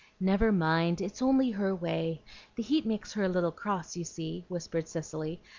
never mind, it's only her way the heat makes her a little cross, you see, whispered cicely,